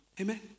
amen